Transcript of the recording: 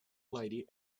lady